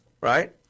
right